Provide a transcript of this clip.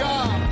God